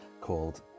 called